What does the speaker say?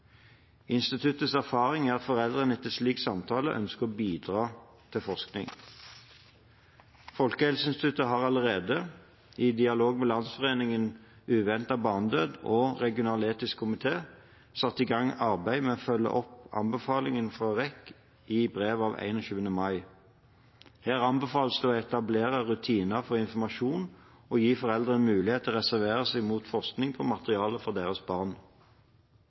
Instituttets erfaring er at foreldrene etter slik samtale ønsker å bidra til forskning. Folkehelseinstituttet har allerede, i dialog med Landsforeningen uventet barnedød og Regional etisk komité, satt i gang arbeidet med å følge opp anbefalingen fra REK i brev av 21. mai. Her anbefales det å etablere rutiner for informasjon og å gi foreldre mulighet til å reservere seg mot forskning på materiale fra deres barn.